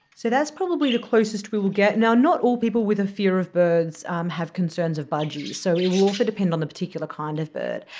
so that's probably the closest we will get. not all people with a fear of birds have concerns of budgies, so it will also depend on the particular kind of bird.